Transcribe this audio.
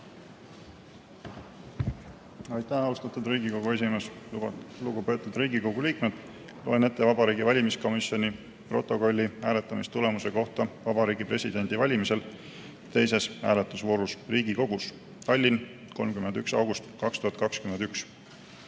Aitäh, austatud Riigikogu esimees! Lugupeetud Riigikogu liikmed! Loen ette Vabariigi Valimiskomisjoni protokolli hääletamistulemuse kohta Vabariigi Presidendi valimisel teises hääletusvoorus Riigikogus 31. augustil 2021.